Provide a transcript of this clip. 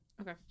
Okay